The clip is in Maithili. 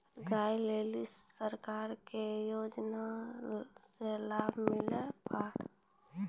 गाय ले ली सरकार के योजना से लाभ मिला पर?